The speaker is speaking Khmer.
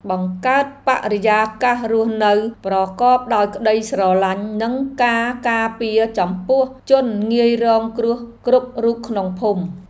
បង្កើតបរិយាកាសរស់នៅប្រកបដោយក្តីស្រឡាញ់និងការការពារចំពោះជនងាយរងគ្រោះគ្រប់រូបក្នុងភូមិ។